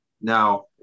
Now